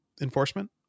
enforcement